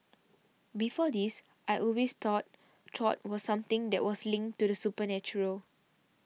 before this I always thought Tarot was something that was linked to the supernatural